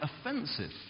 offensive